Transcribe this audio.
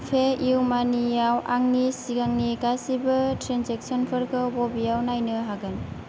पेइउ मानियाव आंनि सिगांनि गासिबो ट्रेनजेकसनफोरखौ बबेआव नायनो हागोन